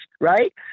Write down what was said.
right